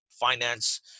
finance